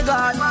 God